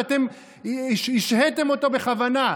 ואתם השהיתם אותו בכוונה.